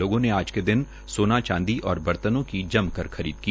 लोगों ने आज के दिन सोना चांदी और बर्तनों की जमकर खरीद की